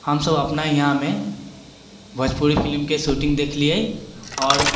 हमसब अपना इहाँमे भोजपुरी फिलिमके शूटिङ्ग देखलिए आओर